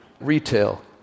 Retail